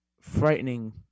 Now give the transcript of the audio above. frightening